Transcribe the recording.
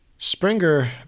Springer